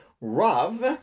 rav